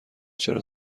چرا